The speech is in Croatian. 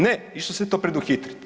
Ne, išlo se to preduhitriti.